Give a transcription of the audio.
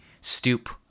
stoop